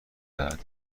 دهد